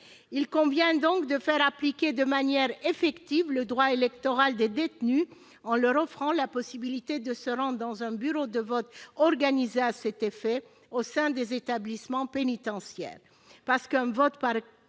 Il convient donc de faire appliquer de manière effective le droit électoral des détenus, en leur offrant la possibilité de se rendre dans un bureau de vote organisé à cet effet au sein des établissements pénitentiaires. Parce qu'un vote par